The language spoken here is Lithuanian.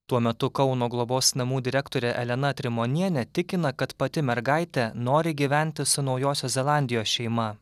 tuo metu kauno globos namų direktorė elena trimonienė tikina kad pati mergaitė nori gyventi su naujosios zelandijos šeima